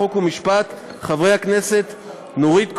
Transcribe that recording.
חוק ומשפט: חברי הכנסת נורית קורן,